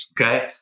okay